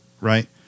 right